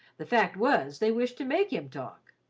the fact was they wished to make him talk.